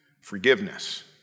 forgiveness